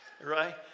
Right